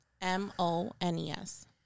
M-O-N-E-S